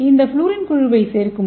இது ஃவுளூரின் குழுவைச் சேர்க்கும்